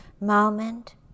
Moment